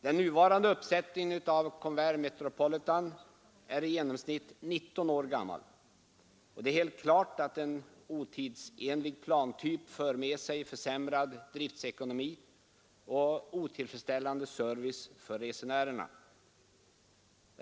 Den nuvarande uppsättningen av Convair Metropolitan är i genomsnitt 19 år gammal. Det är helt klart att en otidsenlig plantyp för med sig försämrad driftsekonomi och otillfredsställande service för resenärerna.